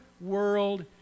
world